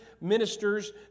ministers